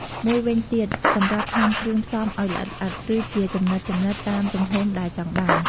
មួយវិញទៀត សម្រាប់ហាន់គ្រឿងផ្សំឲ្យល្អិតៗ ឬជាចំណិតៗ តាមទំហំដែលចង់បាន។